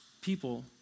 people